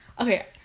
okay